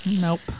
nope